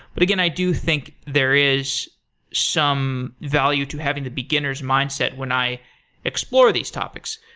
but again, i do think there is some value to having the beginner s mindset when i explore these topics,